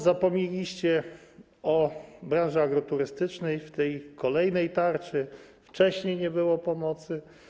Zapomnieliście o branży agroturystycznej w tej tarczy, kolejnej tarczy, wcześniej nie było pomocy.